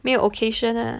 没有 occasion ah